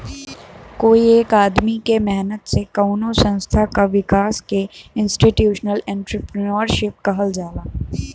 कोई एक आदमी क मेहनत से कउनो संस्था क विकास के इंस्टीटूशनल एंट्रेपर्नुरशिप कहल जाला